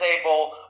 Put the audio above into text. able